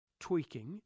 tweaking